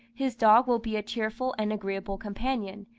his dog will be a cheerful and agreeable companion,